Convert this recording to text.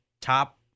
top